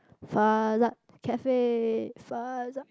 Cafe